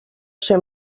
ser